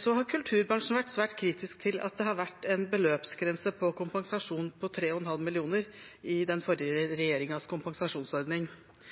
Så har kulturbransjen vært svært kritisk til at det har vært en beløpsgrense på kompensasjon på 3,5 mill. kr i den forrige regjeringens kompensasjonsordning.